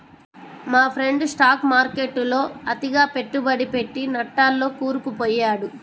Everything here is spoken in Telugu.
మా ఫ్రెండు స్టాక్ మార్కెట్టులో అతిగా పెట్టుబడి పెట్టి నట్టాల్లో కూరుకుపొయ్యాడు